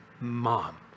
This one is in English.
mom